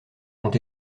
ont